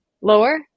lower